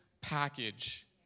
package